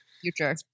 future